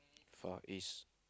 Far East